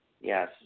Yes